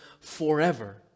forever